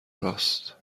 راست